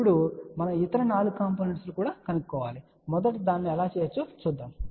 ఇప్పుడు మనము ఇతర 4 కాంపోనెంట్స్ లను కూడా కనుగొనవలసి ఉంది కాబట్టి మనం దీన్ని ఎలా చేయగలమో చూద్దాం